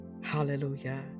hallelujah